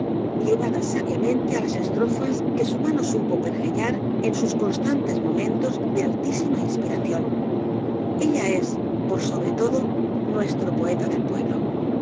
llevada sabiamente á las estrofas que su mano supo pergeñar en sus constantes momentos de altísima inspiración ella es por sobre todo nuestro poeta del pueblo